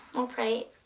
we'll pray